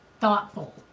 thoughtful